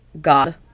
god